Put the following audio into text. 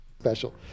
special